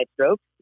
strokes